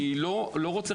אני לא רוצה,